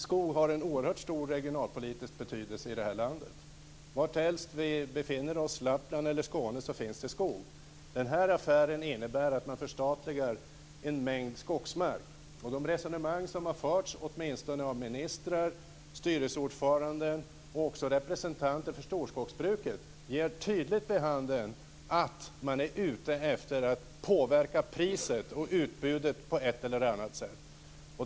Skog har en oerhört stor regionalpolitisk betydelse i det här landet. Varhelst vi befinner oss - i Lappland eller i Skåne - finns det skog. Den här affären innebär att man förstatligar en mängd skogsmark. De resonemang som har förts åtminstone av ministrar, styrelseordförande och också representanter för storskogsbruket ger tydligt vid handen att man är ute efter att påverka priset och utbudet på ett eller annat sätt.